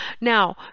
Now